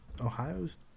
Ohio's